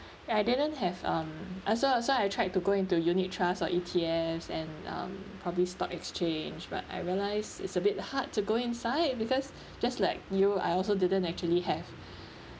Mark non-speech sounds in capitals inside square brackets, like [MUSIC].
ya I didn't have um also also I tried to go into unit trust or E_T_F and um probably stock exchange but I realise it's a bit hard to go inside because just like you I also didn't actually have [BREATH]